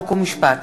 חוק ומשפט,